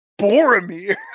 Boromir